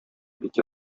бик